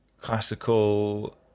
classical